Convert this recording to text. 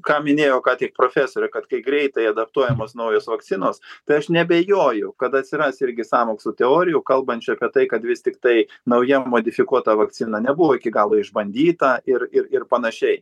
ką minėjo ką tik profesorė kad kai greitai adaptuojamos naujos vakcinos tai aš neabejoju kad atsiras irgi sąmokslo teorijų kalbančių apie tai kad vis tiktai nauja modifikuota vakcina nebuvo iki galo išbandyta ir ir ir panašiai